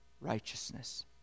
righteousness